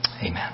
Amen